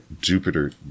Jupiter